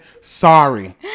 sorry